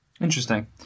Interesting